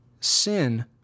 sin